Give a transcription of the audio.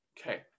Okay